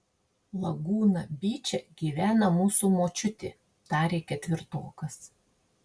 lagūna byče gyvena mūsų močiutė tarė ketvirtokas